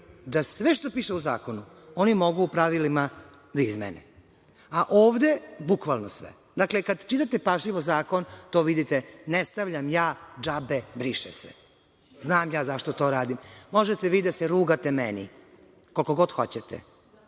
da sve što piše u zakonu oni mogu u pravilima da izmene, a ovde bukvalno sve. Dakle, kada čitate pažljivo zakon, to vidite. Ne stavljam ja džabe briše se. Znam ja zašto to radim. Možete vi da se rugate meni, koliko god hoćete,